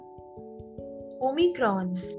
Omicron